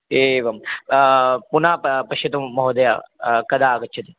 एवं पुनः प पश्यतु महोदयः कदा आगच्छति